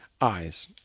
eyes